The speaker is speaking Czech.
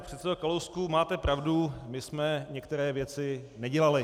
Pane předsedo Kalousku, máte pravdu, my jsme některé věci nedělali.